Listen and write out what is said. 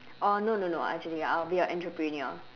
or no no no actually I'll be a entrepreneur